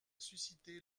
suscitée